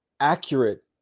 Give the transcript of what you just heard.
Accurate